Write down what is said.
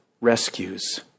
rescues